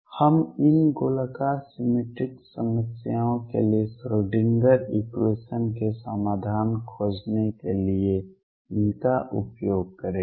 हम इन गोलाकार सिमेट्रिक समस्याओं के लिए श्रोडिंगर इक्वेशन Schrödinger equation के समाधान खोजने के लिए इनका उपयोग करेंगे